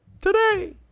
Today